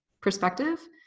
perspective